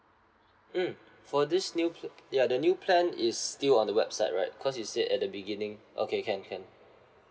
mm for this new plan ya the new plan is still on the website right because you said at the beginning okay can can